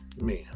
man